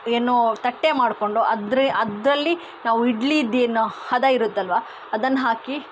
ಏನು ತಟ್ಟೆ ಮಾಡಿಕೊಂಡು ಅದೆ ಅದರಲ್ಲಿ ನಾವು ಇಡ್ಲಿಯದ್ದೇನು ಹದ ಇರುತ್ತಲ್ಲವಾ ಅದನ್ನ ಹಾಕಿ